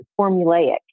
formulaic